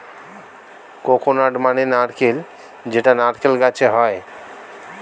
coconut মানে নারকেল যেটা নারকেল গাছে হয়